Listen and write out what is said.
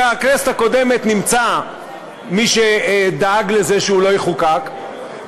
בכנסת הקודמת נמצא מי שדאג לזה שהוא לא יחוקק,